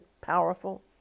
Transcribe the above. powerful